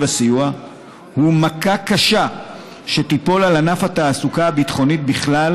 הסיוע הוא מכה קשה שתיפול על ענף התעסוקה הביטחונית בכלל,